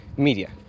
Media